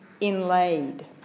inlaid